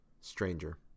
Stranger